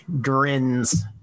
grins